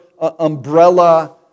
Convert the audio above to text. umbrella